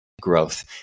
growth